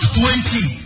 twenty